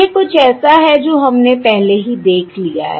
यह कुछ ऐसा है जो हमने पहले ही देख लिया है